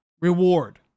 reward